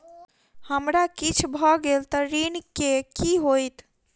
हमरा किछ भऽ गेल तऽ ऋण केँ की होइत?